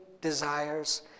desires